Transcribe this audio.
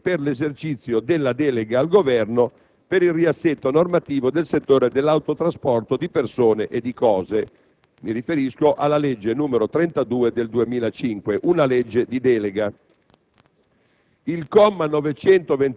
il quale proroga i termini per l'esercizio della delega al Governo per il riassetto normativo del settore dell'autotrasporto di persone e cose. Mi riferisco alla legge n. 32 del 2005, una legge di delega.